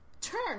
Turn